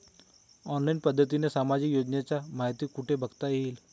Online पद्धतीने सामाजिक योजनांची माहिती कुठे बघता येईल?